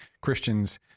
Christians